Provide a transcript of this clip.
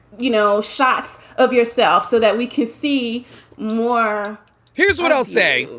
you know, shots of yourself so that we can see more here's what i'll say.